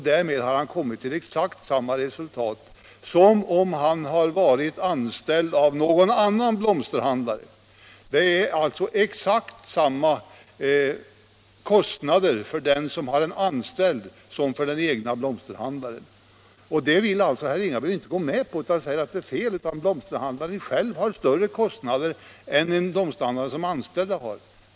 Därmed hade han kommit till exakt samma resultat som om han varit anställd av någon annan blomsterhandlare. Det är alltså exakt samma kostnader för en anställd som för en blomsterhandlare som är egen företagare. Det vill herr Ringaby inte gå med på, utan han påstår att blomsterhandlaren har större kostnader för egenavgifter än för de anställda.